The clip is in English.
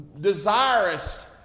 desirous